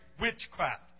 witchcraft